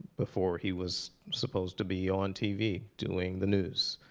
before he was supposed to be on tv doing the news.